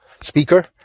speaker